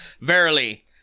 Verily